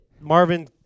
Marvin